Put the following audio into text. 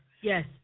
yes